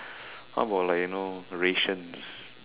how about you like you know rations